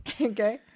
Okay